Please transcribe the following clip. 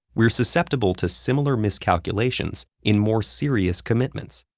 we're susceptible to similar miscalculations in more serious commitments,